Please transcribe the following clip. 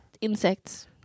insects